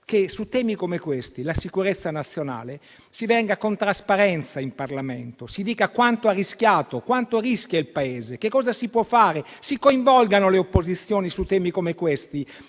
che su temi come questi (la sicurezza nazionale) si venga con trasparenza in Parlamento e si dica quanto ha rischiato e quanto rischia il Paese e che cosa si può fare. Si coinvolgano le opposizioni su temi come questi.